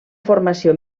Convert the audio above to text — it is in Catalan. formació